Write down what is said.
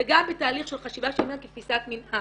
זה גם בתהליך של חשיבה כתפיסת מנהל.